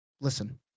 listen